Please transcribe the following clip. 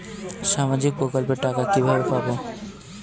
সামাজিক প্রকল্পের টাকা কিভাবে পাব?